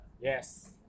Yes